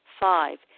Five